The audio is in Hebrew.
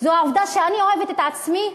זו העובדה שאני אוהבת את עצמי,